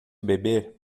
beber